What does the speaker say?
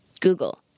Google